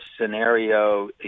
scenario